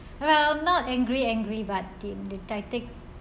well not angry angry but